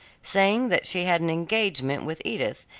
saying that she had an engagement with edith,